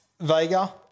Vega